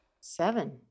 seven